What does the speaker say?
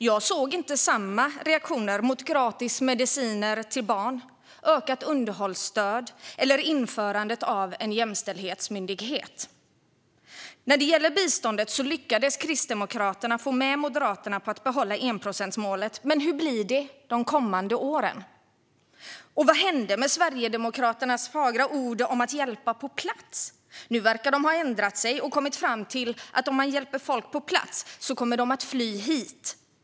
Jag såg inte samma reaktioner mot gratis mediciner till barn, ökat underhållsstöd eller införandet av en jämställdhetsmyndighet. När det gäller biståndet lyckades Kristdemokraterna få med Moderaterna på att behålla enprocentsmålet, men hur blir det de kommande åren? Och vad hände med Sverigedemokraternas fagra ord om att hjälpa på plats? Nu verkar de ha ändrat sig och kommit fram till att om man hjälper människor på plats kommer de människorna att fly hit.